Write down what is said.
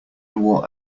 wore